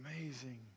amazing